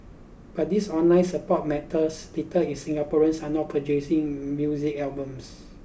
but this online support matters little is Singaporeans are not purchasing music albums